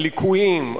הליקויים,